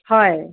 হয়